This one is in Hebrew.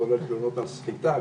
כולל תלונות על סחיטה,